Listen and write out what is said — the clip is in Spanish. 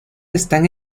están